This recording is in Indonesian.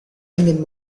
ingin